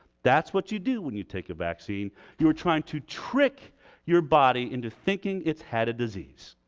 that's what you do when you take a vaccine you're trying to trick your body into thinking it's had a disease.